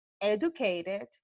educated